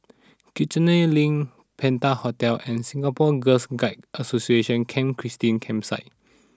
Kiichener Link Penta Hotel and Singapore Girl Guides Association Camp Christine Campsite